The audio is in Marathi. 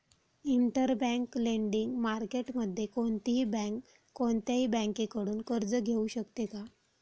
इंटरबँक लेंडिंग मार्केटमध्ये कोणतीही बँक कोणत्याही बँकेकडून कर्ज घेऊ शकते का?